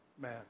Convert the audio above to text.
man